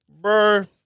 Bro